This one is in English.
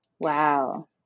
Wow